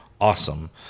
awesome